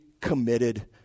committed